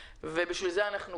בשביל זה אנחנו כאן.